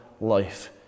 life